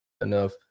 enough